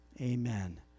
amen